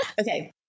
Okay